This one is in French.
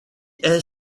est